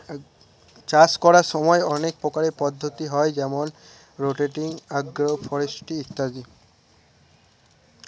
চাষ করার সময় অনেক প্রকারের পদ্ধতি হয় যেমন রোটেটিং, আগ্র ফরেস্ট্রি ইত্যাদি